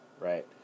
right